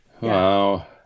Wow